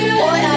boy